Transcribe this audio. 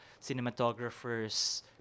cinematographers